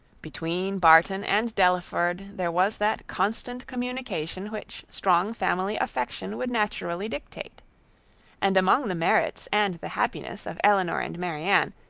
between barton and delaford, there was that constant communication which strong family affection would naturally dictate and among the merits and the happiness of elinor and marianne,